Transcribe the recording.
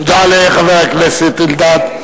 תודה לחבר הכנסת אלדד.